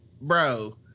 bro